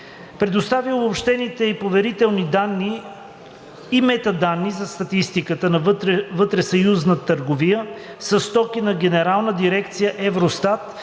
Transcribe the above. представя обобщените и поверителните данни и метаданни за статистиката на вътресъюзната търговия със стоки на Генерална дирекция „Евростат“